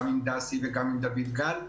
גם עם דסי וגם עם דוד גל,